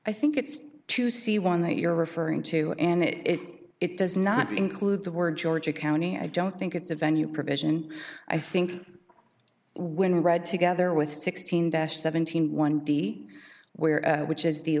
i think it's to see one that you're referring to and it it does not include the word georgia county i don't think it's a venue provision i think when read together with sixteen dash seventeen one d where which is the